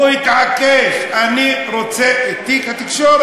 הוא התעקש: אני רוצה את תיק התקשורת,